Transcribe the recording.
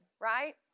right